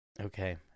Okay